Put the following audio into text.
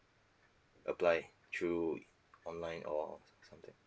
apply through online or something like that